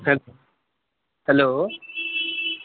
hello hello